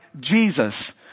Jesus